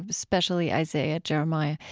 especially isaiah, jeremiah.